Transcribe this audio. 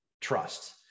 trust